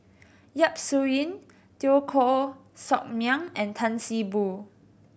Yap Su Yin Teo Koh Sock Miang and Tan See Boo